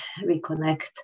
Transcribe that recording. reconnect